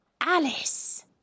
Alice